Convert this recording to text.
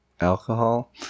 Alcohol